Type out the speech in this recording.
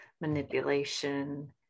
Manipulation